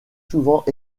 souvent